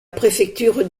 préfecture